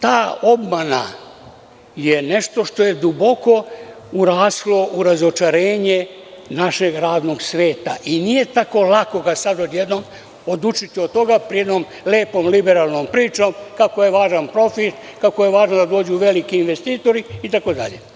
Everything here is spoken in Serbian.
Ta obmana je nešto što je duboko uraslo u razočarenje našeg radnog sveta i nije tako lako da odjednom odučiti od toga, jednom lepom liberalnom pričom kako je važan profit, kako je važno da dođu veliki investitori itd.